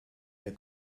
der